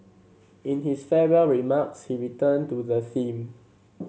in his farewell remarks he returned to the theme